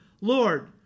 Lord